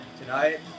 tonight